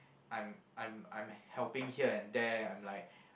I'm I'm I'm helping here and there I'm like